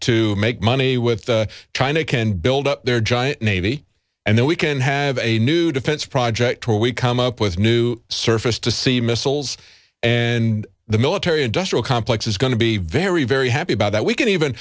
to make money with china can build up their giant navy and then we can have a new defense project where we come up with new surface to see missiles and the military industrial complex is going to be very very happy about that we can even